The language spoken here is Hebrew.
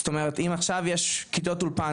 זאת אומרת אם עכשיו יש כיתות אולפן